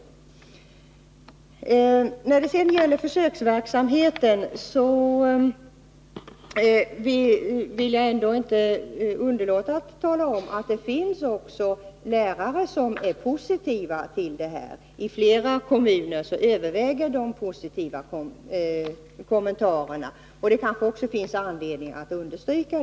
Jag kan inte underlåta att säga att försöksverksamheten visar att även lärare är positiva till ett system med syo-tjänster som kombineras med undervisning. I flera kommuner överväger de positiva kommentarerna, vilket det kan finnas anledning att understryka.